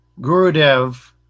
Gurudev